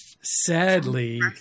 sadly